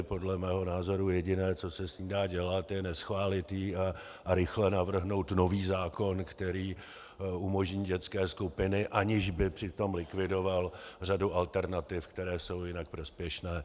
Podle mého názoru jediné, co se s ní dá dělat, je, neschválit ji a rychle navrhnout nový zákon, který umožní dětské skupiny, aniž by přitom likvidoval řadu alternativ, které jsou jinak prospěšné.